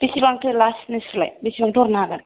बेसेबां थो लास नोंसोरलाय बेसेबांथो हरनो हागोन